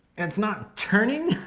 it's not turning.